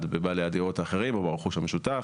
בבעלי הדירות האחרים או ברכוש המשותף,